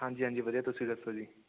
ਹਾਂਜੀ ਹਾਂਜੀ ਵਧੀਆ ਤੁਸੀਂ ਦੱਸੋ ਜੀ